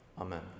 Amen